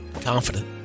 Confident